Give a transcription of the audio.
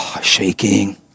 Shaking